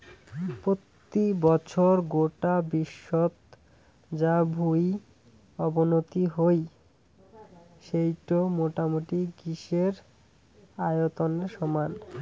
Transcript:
পত্যি বছর গোটা বিশ্বত যা ভুঁই অবনতি হই সেইটো মোটামুটি গ্রীসের আয়তনের সমান